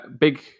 big